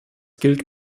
gilt